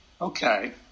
okay